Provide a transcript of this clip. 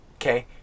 okay